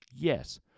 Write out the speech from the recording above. Yes